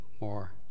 more